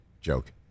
joke